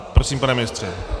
Prosím, pane ministře.